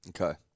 Okay